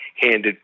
handed